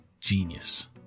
genius